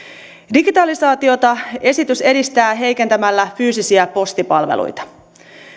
digitalisaatiota esitys edistää heikentämällä fyysisiä postipalveluita